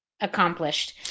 accomplished